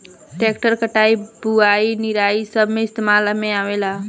tractor कटाई, बुवाई, निराई सब मे इस्तेमाल में आवेला